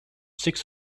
six